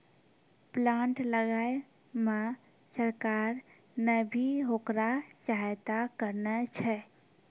plant लगाय मॅ सरकार नॅ भी होकरा सहायता करनॅ छै